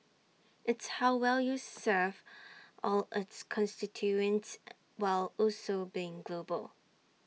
it's how well you serve all its constituents while also being global